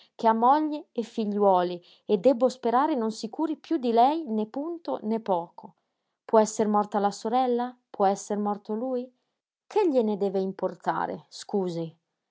che ha moglie e figliuoli e debbo sperare non si curi piú di lei né punto né poco può esser morta la sorella può esser morto lui che gliene deve importare scusi